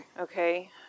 okay